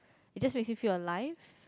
it's just basically feel alive